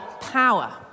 power